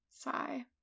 Sigh